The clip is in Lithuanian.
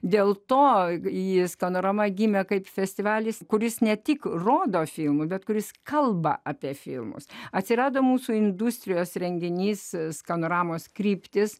dėl to jis skanorama gimė kaip festivalis kuris ne tik rodo filmų bet kuris kalba apie filmus atsirado mūsų industrijos renginys skanoramos kryptis